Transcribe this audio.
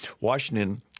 Washington